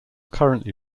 currently